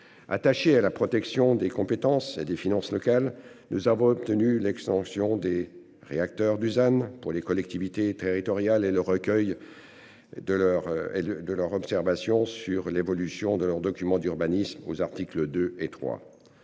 Attachée à la protection des compétences et des finances locales. Nous avons obtenu l'extinction des réacteurs Dusan pour les collectivités territoriales et le recueil. De. Et le de leur observation sur l'évolution de leurs documents d'urbanisme aux articles 2 et 3.